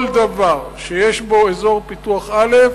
כל דבר שיש בו אזור פיתוח א',